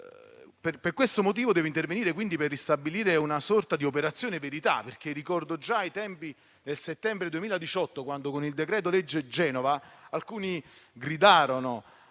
Per questo motivo devo intervenire, per ristabilire una sorta di operazione verità. Ricordo che già nel settembre 2018, con il decreto-legge Genova, alcuni gridarono